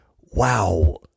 wow